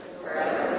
forever